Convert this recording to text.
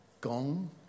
gong